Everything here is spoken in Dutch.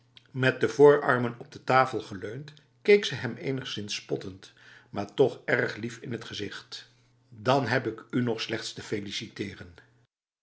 met de voorarmen op de tafel leunend keek ze hem enigszins spottend maar toch erg lief in t gezicht dan heb ik u nog slechts te feliciteren